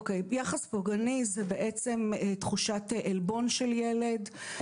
יחס פוגעני זו בעצם תחושת עלבון של ילד,